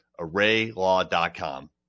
ArrayLaw.com